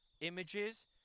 images